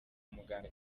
muganga